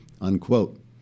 unquote